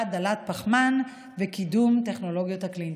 דלת פחמן וקידום טכנולוגיות הקלינטק.